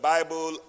Bible